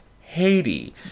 Haiti